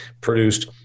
produced